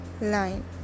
line